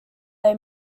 they